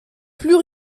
plus